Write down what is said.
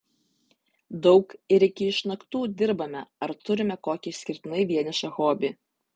daug ir iki išnaktų dirbame ar turime kokį išskirtinai vienišą hobį